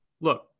Look